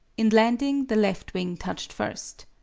in landing the left wing touched first.